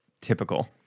typical